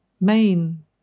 main